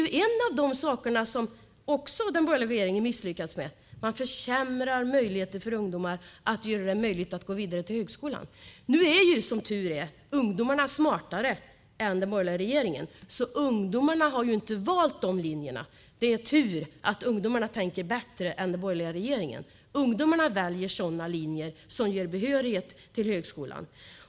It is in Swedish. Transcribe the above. Detta har den borgerliga regeringen också misslyckats med. Man försämrar möjligheten för ungdomar att gå vidare till högskolan. Som tur är är ungdomarna smartare än den borgerliga regeringen. Ungdomarna har inte valt dessa linjer utan har valt sådana linjer som ger behörighet till högskolan.